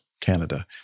canada